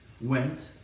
went